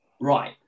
right